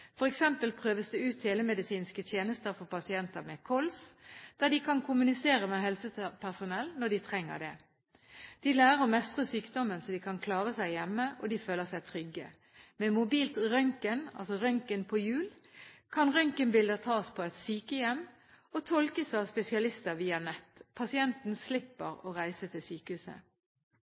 prøves det ut telemedisinske tjenester for pasienter med KOLS, der de kan kommunisere med helsepersonell når de trenger det. De lærer å mestre sykdommen så de kan klare seg hjemme, og de føler seg trygge. Med mobil røntgen – røntgen på hjul – kan røntgenbilder tas på et sykehjem og tolkes av spesialist via nett. Pasienten slipper å reise til sykehuset.